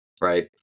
right